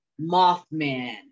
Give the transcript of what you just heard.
Mothman